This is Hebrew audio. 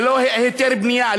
ללא היתר בנייה,